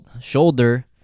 shoulder